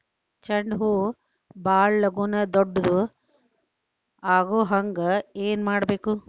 ಚಂಡ ಹೂ ಭಾಳ ಲಗೂನ ದೊಡ್ಡದು ಆಗುಹಂಗ್ ಏನ್ ಮಾಡ್ಬೇಕು?